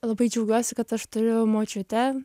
labai džiaugiuosi kad aš turiu močiutę